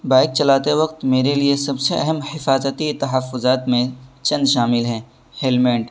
bike چلاتے وقت میرے لیے سب سے اہم حفاظتی تحفظات میں چند شامل ہیں ہیلمیٹ